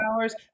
hours